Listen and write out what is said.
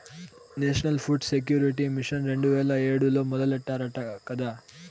national food security mission రెండు వేల ఏడులో మొదలెట్టారట కదా